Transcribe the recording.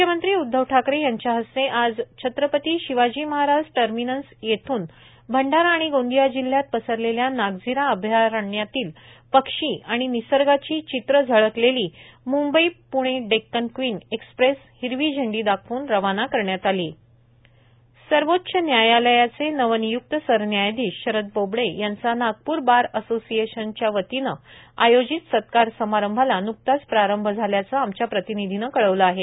म्ख्यमंत्री उद्वव ठाकरे यांच्या हस्ते आज छत्रपती शिवाजी महाराज टर्मिनस येथून भंडारा आणि गोंदिया जिल्ह्यात पसरलेल्या नागझिरा अभयारण्यातील पक्षी आणि निसर्गाची चित्रे झळकलेली मंंबई प्णे डेक्कन क्वीन एक्स्प्रेस हिरवी झेंडी दाखवून रवाना करण्यात आली सर्वोच्च न्यायालयाचे नवनियुक्त सरन्यायाधीश ारद बोबडे यांचा नागपूर बार असोसिएशनच्या वतीनं आयोजित सत्कार समारंभाला नुकताच प्रारंभ झाल्याचं आमच्या प्रतिनिधीनं कळवलं आहे